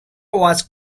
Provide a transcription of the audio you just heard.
was